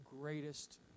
greatest